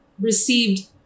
received